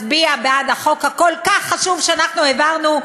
מצביע בעד החוק הכל-כך חשוב שאנחנו העברנו,